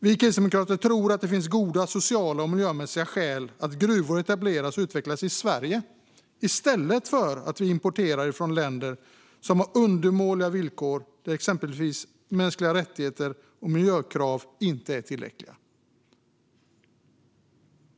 Vi kristdemokrater tror att det finns goda sociala och miljömässiga skäl att gruvor etableras och utvecklas i Sverige i stället för att vi importerar från länder som har undermåliga villkor, exempelvis att mänskliga rättigheter och miljökrav inte är tillräckliga.